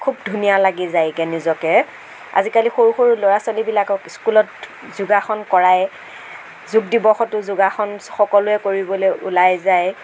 খুব ধুনীয়া লাগি যায়গে নিজকে আজিকালি সৰু সৰু ল'ৰা ছোৱালীবিলাকক স্কুলত যোগাসন কৰায় যোগ দিৱসতো যোগাসন সকলোৱে কৰিবলৈ ওলাই যায়